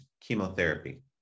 chemotherapy